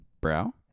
Brow